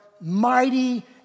Mighty